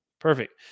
Perfect